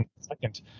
second